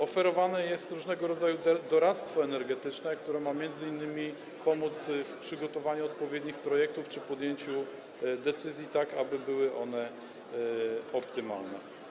Oferowane jest różnego rodzaju doradztwo energetyczne, które ma m.in. pomóc w przygotowaniu odpowiednich projektów czy podjęciu decyzji, tak aby były one optymalne.